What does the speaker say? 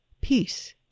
peace